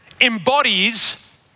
embodies